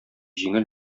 җиңел